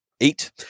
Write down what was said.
eight